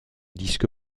disque